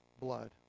blood